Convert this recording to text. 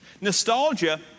Nostalgia